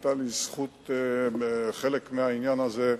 היתה לי זכות בחלק מהעניין הזה,